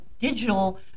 digital